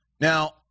Now